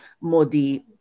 Modi